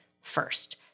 first